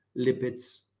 lipids